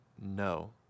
no